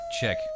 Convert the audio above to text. Check